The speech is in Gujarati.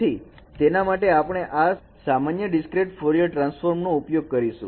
તેથી તેના માટે આપણે આ સામાન્ય ડિસ્ક્રેટ ફોરિયર ટ્રાન્સફોર્મ નો ઉપયોગ કરીશું